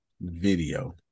video